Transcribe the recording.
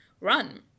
run